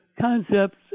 concepts